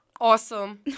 Awesome